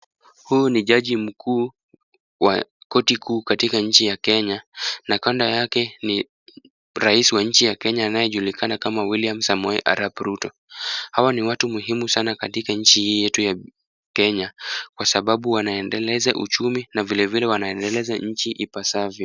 Huyu ni jaji mkuu wa Koti Kuu katika nchi ya Kenya, na kanda yake ni Rais wa nchi ya Kenya anayejulikana kama William Samuel Arapu Ruto. Hawa ni watu muhimu sana katika nchi hii yetu ya Kenya, kwa sababu wanaendeleza uchumi na vile vile wanaendeleza nchi ipasavyo.